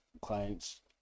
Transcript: clients